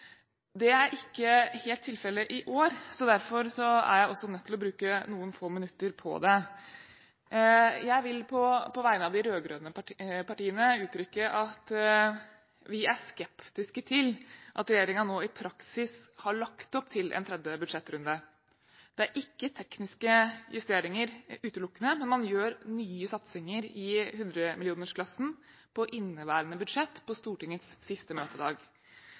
Det er ikke helt tilfellet i år, så derfor er jeg nødt til å bruke noen få minutter på det. Jeg vil på vegne av de rød-grønne partiene gi uttrykk for at vi er skeptiske til at regjeringen nå i praksis har lagt opp til en tredje budsjettrunde. Det er ikke utelukkende tekniske justeringer, men man gjør nye satsinger i hundremillionersklassen på inneværende budsjett på Stortingets siste møtedag.